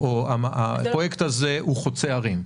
או הפרויקט הזה הוא חוצה ערים.